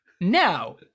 Now